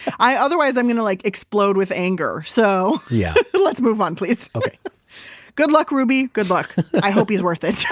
otherwise, i'm going to like explode with anger, so yeah let's move on please okay good luck, ruby. good luck. i hope he is worth it yeah